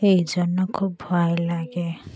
এই জন্য খুব ভয় লাগে